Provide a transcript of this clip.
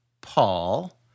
Paul